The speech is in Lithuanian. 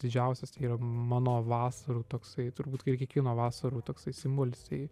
didžiausias tai yra mano vasarų toksai turbūt kai ir kiekvieno vasarų toksai simbolis tai